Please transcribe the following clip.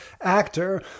actor